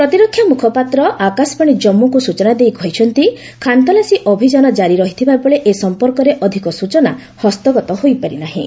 ପ୍ରତିରକ୍ଷା ମୁଖପାତ୍ର ଆକାଶବାଣୀ ଜମ୍ମୁକୁ ସୂଚନା ଦେଇ କହିଛନ୍ତି ଖାନତଲାସି ଅଭିଯାନ ଜାରି ରହିଥିବାବେଳେ ଏ ସମ୍ପର୍କରେ ଅଧିକ ସ୍ଟଚନା ହସ୍ତଗତ ହୋଇପାରି ନାହିଁ